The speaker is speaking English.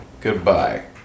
Goodbye